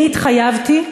אני התחייבתי,